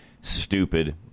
stupid